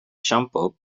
shampoo